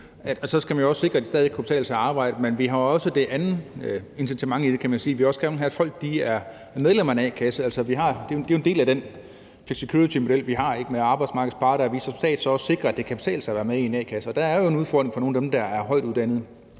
Man skal jo sikre, at det stadig væk kan betale sig at arbejde, men vi har også det andet incitament at tage hensyn til, kan man sige, nemlig at vi også gerne vil have, at folk er medlem af en a-kasse. Det er jo en del af den flexicuritymodel, vi har, med arbejdsmarkedets parter, at vi som stat så også sikrer, at det kan betale sig at være med i en a-kasse. Og der er jo den udfordring for nogle af dem, der er højtlønnede,